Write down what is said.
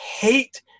hate